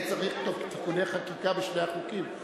יהיה צורך בתיקוני חקיקה בשני החוקים,